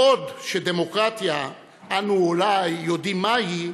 בעוד דמוקרטיה, אנו אולי יודעים מהי,